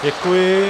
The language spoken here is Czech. Děkuji.